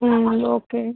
ம் ஓகே